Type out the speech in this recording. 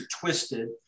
twisted